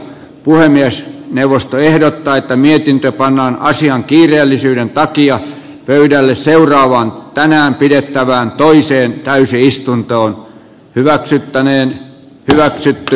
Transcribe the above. puhemies neuvosto ehdottaa että mietintö painaa asian kiireellisyyden takia pöydälle seuraavaan tänään pidettävään toiseen täysi istunto hyväksyttäneen kaksi l